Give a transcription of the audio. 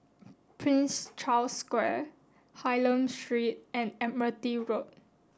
Prince Charles Square Hylam Street and Admiralty Road